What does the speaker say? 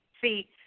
See